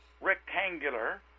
rectangular